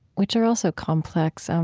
which are also complex. um